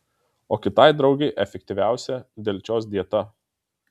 o kitai draugei efektyviausia delčios dieta